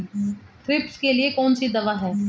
Thrips के लिए कौन सी दवा है?